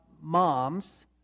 moms